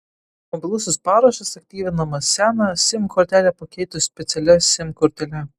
mobilusis parašas aktyvinamas seną sim kortelę pakeitus specialia sim kortele